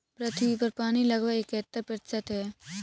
पृथ्वी पर पानी लगभग इकहत्तर प्रतिशत है